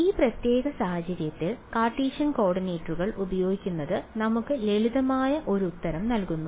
ഈ പ്രത്യേക സാഹചര്യത്തിൽ കാർട്ടീഷ്യൻ കോർഡിനേറ്റുകൾ ഉപയോഗിക്കുന്നത് നമുക്ക് ലളിതമായ ഒരു ഉത്തരം നൽകുന്നു